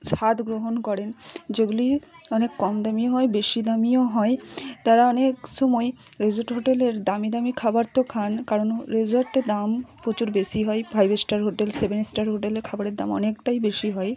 স্বাদ গ্রহণ করেন যেগুলি অনেক কম দামিও হয় বেশি দামিও হয় তারা অনেক সময়ই রিসর্ট হোটেলের দামি দামি খাবার তো খান কারণ রিসর্টে দাম প্রচুর বেশি হয় five star hotel seven star হোটেলের খাবারের দাম অনেকটাই বেশি হয়